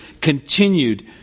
continued